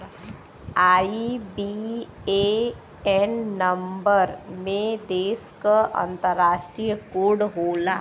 IBAN number में देश क अंतरराष्ट्रीय कोड होला